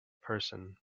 person